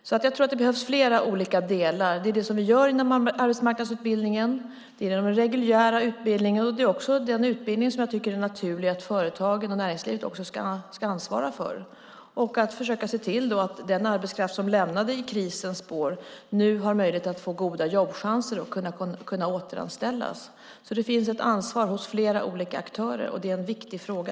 Det behövs flera olika delar, nämligen det vi gör inom arbetsmarknadsutbildningen, den reguljära utbildningen och den utbildning som jag tycker är naturlig att företagen och näringslivet ska ansvara för. Man ska försöka se till att den arbetskraft som lämnade branschen i krisens spår ges goda jobbchanser och återanställs. Det finns ett ansvar hos flera olika aktörer, och det är en viktig fråga.